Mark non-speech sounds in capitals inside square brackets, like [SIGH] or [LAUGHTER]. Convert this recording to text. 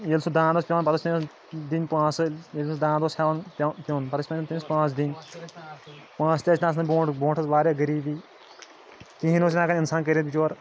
ییٚلہِ سُہ دانٛد اوس پٮ۪وان پَتہٕ اوس پٮ۪وان دِنۍ پٲنٛسہٕ ییٚلہِ سُہ دانٛد اوس ہٮ۪وان [UNINTELLIGIBLE] پیوٚن پَتہٕ ٲسۍ پٮ۪وان تٔمِس پٲنٛسہٕ دِنۍ پٲنٛسہٕ تہِ ٲسۍ نہٕ آسان برٛونٛٹھ برٛونٛٹھ ٲس واریاہ غریٖبی کِہیٖنۍ اوس نہٕ ہٮ۪کان اِنسان کٔرِتھ بِچور